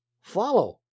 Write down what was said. follow